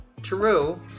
True